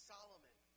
Solomon